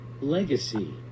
Legacy